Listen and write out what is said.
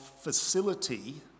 facility